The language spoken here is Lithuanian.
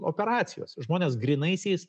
operacijos žmonės grynaisiais